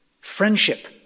Friendship